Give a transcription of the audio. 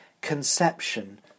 Conception